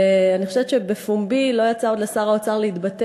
ואני חושבת שעוד לא יצא לשר האוצר להתבטא